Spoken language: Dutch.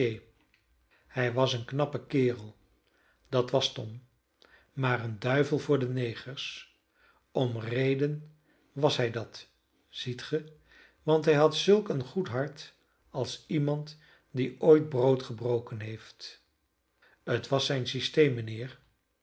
hij was een knappe kerel dat was tom maar een duivel voor de negers om reden was hij dat ziet ge want hij had zulk een goed hart als iemand die ooit brood gebroken heeft het was zijn systeem mijnheer